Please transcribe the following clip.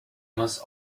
must